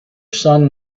son